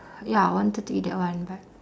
ya I wanted to eat that one but